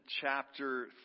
chapter